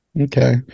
Okay